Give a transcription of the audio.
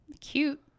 Cute